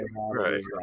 right